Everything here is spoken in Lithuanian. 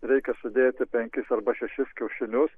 reikia sudėti penkis arba šešis kiaušinius